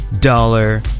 Dollar